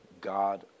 God